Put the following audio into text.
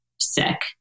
sick